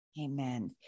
Amen